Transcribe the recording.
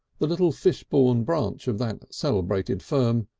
the little fishbourne branch of that celebrated firm,